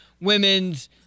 women's